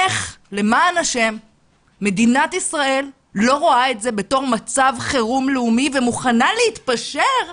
איך מדינת ישראל לא רואה את זה בתור מצב חירום לאומי ומוכנה להתפשר,